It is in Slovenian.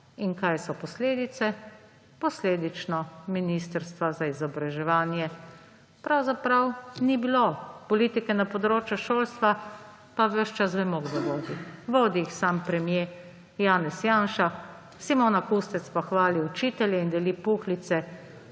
In kaj so posledice? Posledično ministrstvo za izobraževanje pravzaprav ni bilo. Politike na področju šolstva pa ves čas vemo, kdo vodi. Vodi jih sam premier Janez Janša, Simona Kustec pa hvali učitelje in deli puhlice